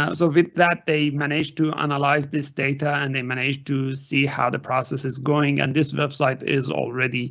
ah so with that they managed to analyze this data and they managed to see how the process is going and. this website is already